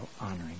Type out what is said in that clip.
honoring